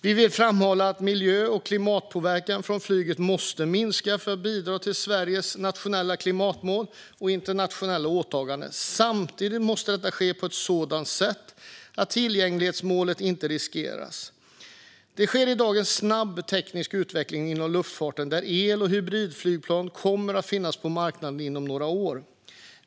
Vi vill framhålla att miljö och klimatpåverkan från flyget måste minska för att bidra till Sveriges nationella klimatmål och internationella åtaganden. Samtidigt måste detta ske på ett sådant sätt att tillgänglighetsmålet inte riskeras. Det sker i dag en snabb teknikutveckling inom luftfarten, där el och hybridflyg kommer att finnas på marknaden inom några år.